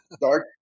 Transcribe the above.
dark